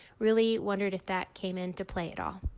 really wondered if that came into play at all.